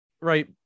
right